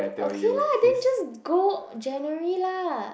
okay lah then just go January lah